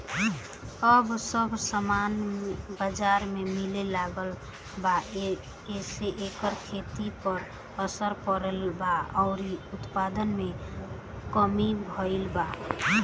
अब सब सामान बजार में मिले लागल बा एसे एकर खेती पर असर पड़ल बा अउरी उत्पादन में कमी भईल बा